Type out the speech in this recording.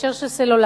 בהקשר של סלולרי.